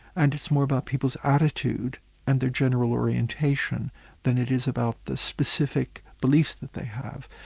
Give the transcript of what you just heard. and it's more about people's attitude and their general orientation than it is about the specific beliefs that they have.